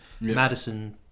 Madison